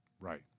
Right